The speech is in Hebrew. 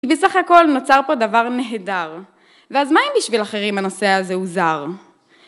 בסך הכל נוצר פה דבר נהדר, ואז מה אם בשביל אחרים הנושא הזה הוא זר?